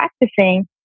practicing